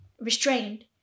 restrained